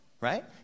right